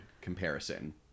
comparison